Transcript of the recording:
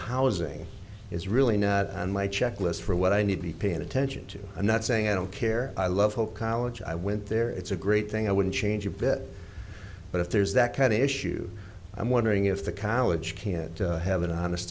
housing is really not on my checklist for what i need to be paying attention to i'm not saying i don't care i love whole college i went there it's a great thing i wouldn't change a bit but if there's that kind of issue i'm wondering if the college can have an honest